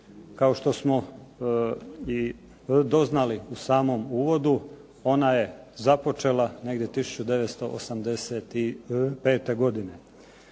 Kao što smo doznali u samom uvodu ona je započela negdje 1995.